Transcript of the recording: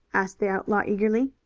asked the outlaw eagerly.